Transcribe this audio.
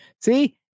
See